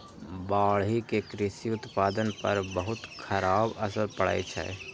बाढ़ि के कृषि उत्पादन पर बहुत खराब असर पड़ै छै